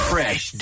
Fresh